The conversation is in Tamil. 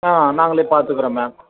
ஆ நாங்களே பார்த்துக்கறோம் மேம்